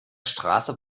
straße